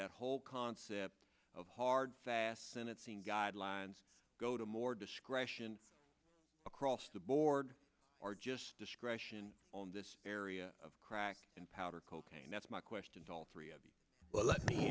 that whole concept of hard fast senate seen guidelines go to my or discretion across the board or just discretion on this area of crack and powder cocaine that's my question to all three of you well let me